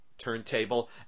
turntable